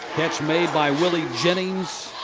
catch made by willie jennings